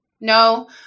No